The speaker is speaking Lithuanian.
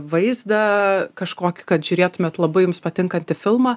vaizdą kažkokį kad žiūrėtumėt labai jums patinkantį filmą